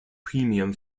premium